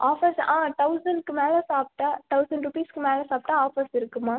offers ஆ தவுசணுக்கு மேல் சாப்பிட்டா தவுசண்ட் ரூபீஸுக்கு மேல் சாப்பிட்டா ஆஃபர்ஸ் இருக்கு மேம்